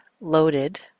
loaded